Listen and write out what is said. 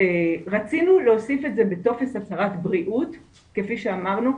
רצינו להוסיף את זה בטופס הצהרת בריאות כפי שאמרנו,